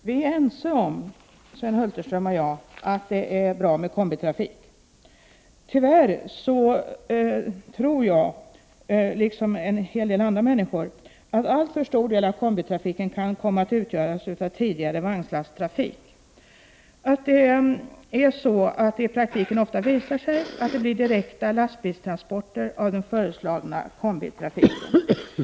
Herr talman! Sven Hulterström och jag är överens om att det är bra med kombitrafik. Tyvärr tror jag, liksom en hel del andra människor, att alltför stor del av kombitrafiken kan komma att utgöras av tidigare vagnslasttrafik. I praktiken visar det sig ofta att det blir direkta lastbilstransporter av den föreslagna kombitrafiken.